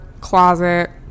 closet